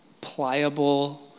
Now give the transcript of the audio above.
pliable